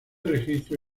registro